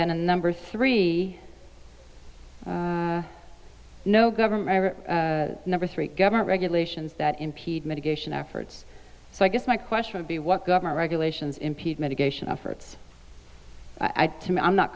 then a number three no government or number three government regulations that impede mitigation efforts so i guess my question would be what government regulations impede medication efforts i